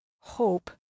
hope